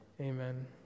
Amen